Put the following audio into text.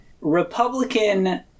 Republican